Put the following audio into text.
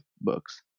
books